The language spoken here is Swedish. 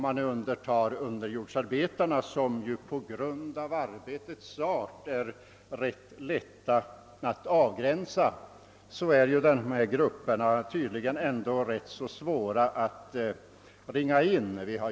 Med undantag av underjordsarbetarna, som på grund av arbetets art är ganska lätta att avgränsa, är dessa grupper tydligen ändå rätt svåra att ringa in.